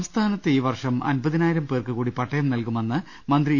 സംസ്ഥാനത്ത് ഈ വർഷം അൻപതിനായിരം പേർക്ക് കൂടി പട്ടയം നൽകുമെന്ന് മന്ത്രി ഇ